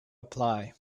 apply